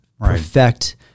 perfect